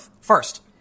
first